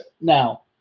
Now